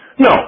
No